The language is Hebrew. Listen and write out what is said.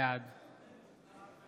בעד